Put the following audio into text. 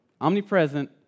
omnipresent